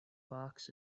box